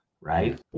right